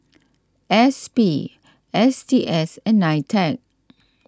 S P S T S and Nitec